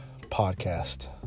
Podcast